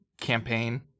campaign